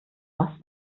was